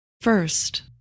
First